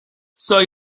soy